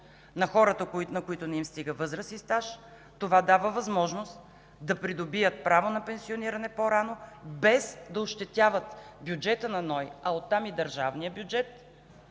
На хората, на които не им достига възраст и стаж, това дава възможност да придобият право на пенсиониране по-рано, без да ощетяват бюджета на НОИ, а от там и държавния бюджет,